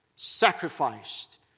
sacrificed